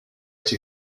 too